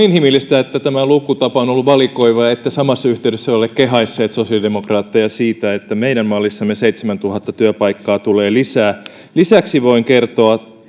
inhimillistä että tämä lukutapa on ollut valikoiva ja ette samassa yhteydessä ole kehaisseet sosiaalidemokraatteja siitä että meidän mallissamme seitsemäntuhatta työpaikkaa tulee lisää lisäksi voin kertoa